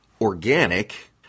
organic